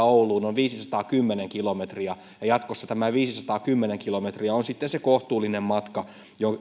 ouluun on viisisataakymmentä kilometriä ja jatkossa tämä viisisataakymmentä kilometriä on sitten se kohtuullinen matka